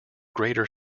greater